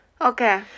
Okay